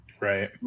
Right